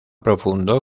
profundo